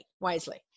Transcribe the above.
wisely